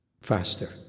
faster